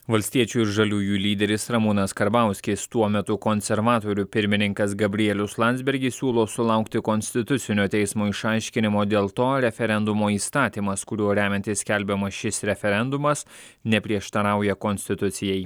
valstiečių ir žaliųjų lyderis ramūnas karbauskis tuo metu konservatorių pirmininkas gabrielius landsbergis siūlo sulaukti konstitucinio teismo išaiškinimo dėl to referendumo įstatymas kuriuo remiantis skelbiamas šis referendumas neprieštarauja konstitucijai